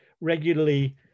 regularly